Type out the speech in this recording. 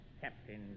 Captain